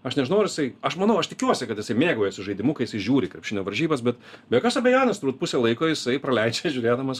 aš nežinau ar jisai aš manau aš tikiuosi kad jisai mėgaujasi žaidimu kai jisai žiūri krepšinio varžybas bet be jokios abejonės pusę laiko jisai praleidžia žiūrėdamas